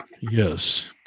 Yes